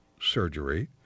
surgery